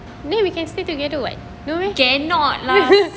cannot lah